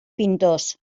pintors